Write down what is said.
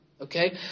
Okay